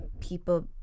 people